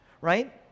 right